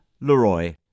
Leroy